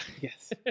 Yes